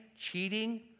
cheating